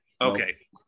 Okay